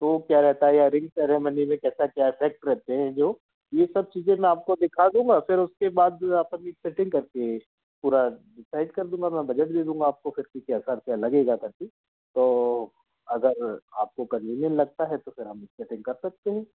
तो क्या रहता है या रिंग सेरेमनी में कैसा क्या इफ़ेक्ट रखते हैं जो ये सब चीज़ें मैं आपको दिख दूँगा फिर उसके बाद जो है अपन यह सेटिंग करके पूरा डिसाइड कर दूँगा मैं बजट दे दूँगा आपको फिर कि कैसा क्या लगेगा करके तो अगर आपको कन्वीनियेंट लगता है तो फिर हम सेटिंग कर सकते हैं